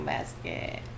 Basket